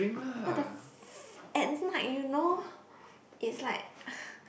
what the f~ at night you know is like